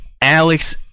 Alex